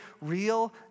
real